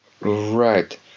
Right